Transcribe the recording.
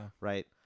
Right